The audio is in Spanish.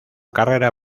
carrera